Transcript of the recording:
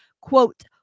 quote